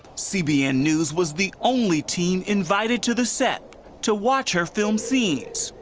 cbn news was the only team invited to the set to watch her film scenes.